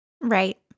Right